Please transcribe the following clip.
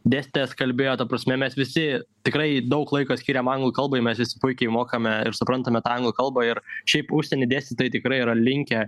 dėstytojas kalbėjo ta prasme mes visi tikrai daug laiko skiriam anglų kalbai mes visi puikiai mokame ir suprantama tą anglų kalba ir šiaip užsieny dėstytojai tikrai yra linkę